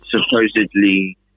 supposedly